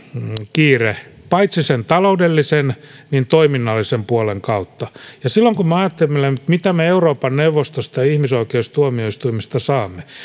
kiire paitsi sen taloudellisen mutta myös toiminnallisen puolen kautta jos me ajattelemme mitä me euroopan neuvostosta ja ihmisoikeustuomioistuimesta saamme